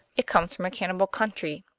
it comes from a cannibal country.